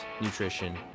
nutrition